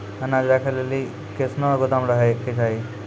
अनाज राखै लेली कैसनौ गोदाम रहै के चाही?